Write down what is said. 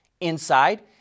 Inside